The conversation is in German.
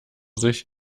sich